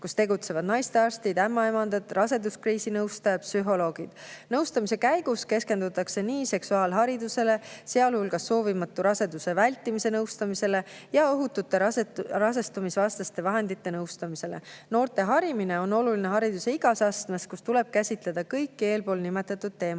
kus tegutsevad naistearstid, ämmaemandad, raseduskriisinõustajad, psühholoogid. Nõustamise käigus keskendutakse ka seksuaalharidusele, sealhulgas soovimatu raseduse vältimisele ja ohututele rasestumisvastastele vahenditele. Noorte harimine on oluline hariduse igas astmes, kus tuleb käsitleda kõiki eelpool nimetatud teemasid.